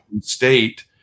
state